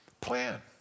plan